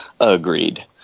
Agreed